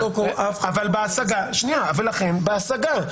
ולכן בהשגה,